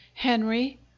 henry